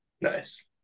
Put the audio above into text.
nice